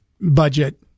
budget